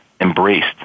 embraced